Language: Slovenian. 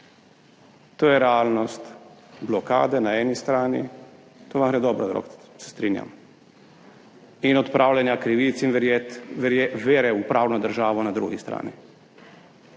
To je realnost blokade na eni strani – to vam gre dobro od rok, se strinjam – in odpravljanje krivic in vere v pravno državo na drugi strani.